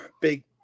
big